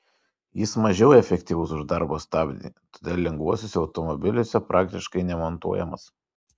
jis mažiau efektyvus už darbo stabdį todėl lengvuosiuose automobiliuose praktiškai nemontuojamas